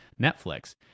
Netflix